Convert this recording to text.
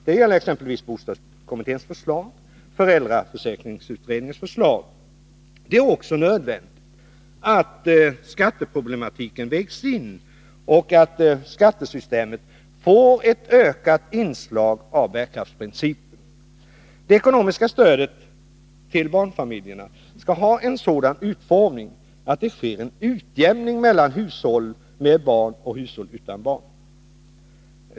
Det gäller exempelvis bostadsbidragskommitténs och föräldraförsäkringsutredningens förslag. Det är också nödvändigt att skatteproblematiken vägs in och att skattesystemet får ett ökat inslag av bärkraftsprincipen. Det ekonomiska stödet till barnfamiljerna skall ha en sådan utformning att en utjämning blir möjlig mellan hushåll med barn och hushåll utan barn.